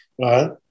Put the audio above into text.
right